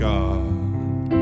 God